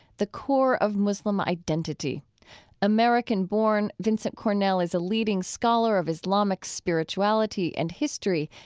the core of muslim identity american born, vincent cornell is a leading scholar of islamic spirituality and history.